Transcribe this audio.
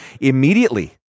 immediately